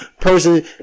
person